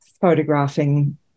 photographing